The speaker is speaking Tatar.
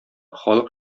халык